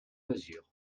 mesures